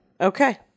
okay